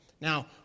Now